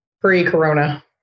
pre-Corona